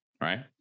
right